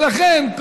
ולכן,